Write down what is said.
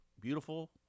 beautiful –